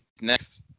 next